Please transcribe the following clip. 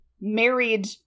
married